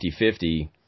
50-50